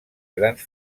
grans